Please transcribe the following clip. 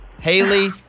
Haley